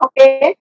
okay